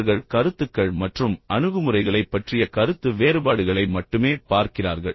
அவர்கள் கருத்துக்கள் மற்றும் அணுகுமுறைகளைப் பற்றிய கருத்து வேறுபாடுகளை மட்டுமே பார்க்கிறார்கள்